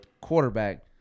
quarterback